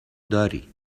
داری